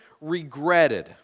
regretted